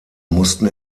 mussten